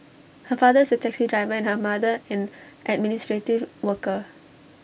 her father is A taxi driver and her mother an administrative worker